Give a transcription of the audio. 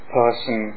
person